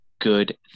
good